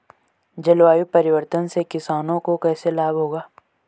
जलवायु परिवर्तन से किसानों को कैसे लाभ होगा?